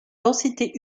densité